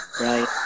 right